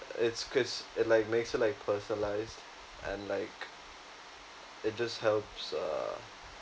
its chris~ it like makes it like personalised and like it just helps uh